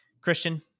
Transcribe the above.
christian